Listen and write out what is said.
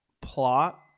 plot